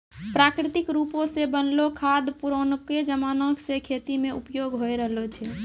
प्राकृतिक रुपो से बनलो खाद पुरानाके जमाना से खेती मे उपयोग होय रहलो छै